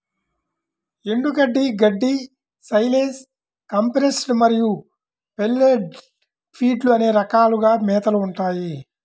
ఎండుగడ్డి, గడ్డి, silage, compressed మరియు పెల్లెట్ ఫీడ్లు అనే రకాలుగా మేతలు ఉంటాయి